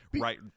right